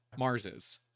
Marses